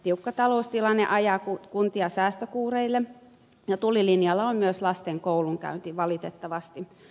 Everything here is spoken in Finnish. tiukka taloustilanne ajaa kuntia säästökuureille ja tulilinjalla on myös lasten koulunkäynti valitettavasti